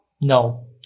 no